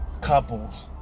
couples